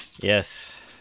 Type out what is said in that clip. Yes